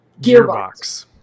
gearbox